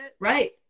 Right